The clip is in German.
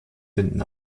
finden